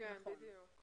לנוסח שאתם מחזיקים,